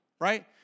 right